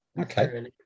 Okay